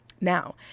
Now